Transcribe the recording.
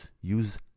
use